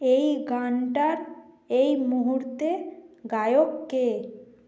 এই গানটার এই মুহুর্তে গায়ক কে